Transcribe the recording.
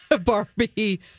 Barbie